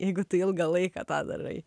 jeigu tu ilgą laiką tą darai